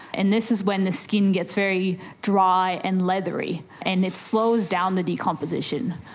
and this is when the skin gets very dry and leathery and it slows down the decomposition.